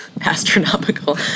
astronomical